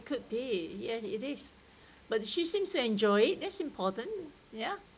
could be ya it is but she seems to enjoy that's important ya